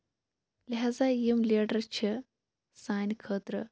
لہزا یِم لیٖڈَر چھِ سانہِ خٲطرٕ